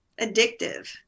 addictive